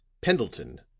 pendleton,